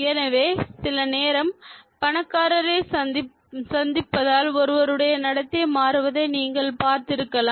எனவே சில நேரம் பணக்காரரைச் சந்திப்பதால் ஒருவருடைய நடத்தை மாறுவதை நீங்கள் பார்த்திருக்கலாம்